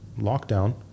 lockdown